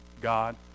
God